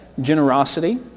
generosity